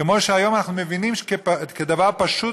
כמו שהיום אנחנו מבינים כדבר פשוט,